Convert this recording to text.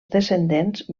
descendents